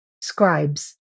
scribes